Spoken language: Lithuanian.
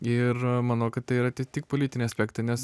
ir manau kad tai yra ti tik politiniai aspektai nes